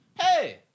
hey